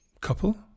Couple